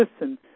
listen